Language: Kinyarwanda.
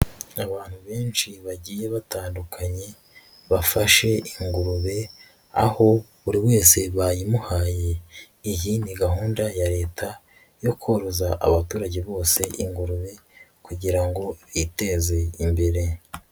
Abantu benshi bagiye batandukanye bafashe ingurube, aho buri wese bayimuhaye, iyi ni gahunda ya Leta yo koroza abaturage bose ingurube kugira ngo biteze imbere.